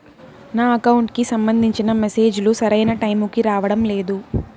నా అకౌంట్ కి సంబంధించిన మెసేజ్ లు సరైన టైముకి రావడం లేదు